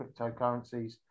cryptocurrencies